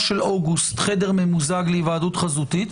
של אוגוסט חדר ממוזג להיוועדות חזותית,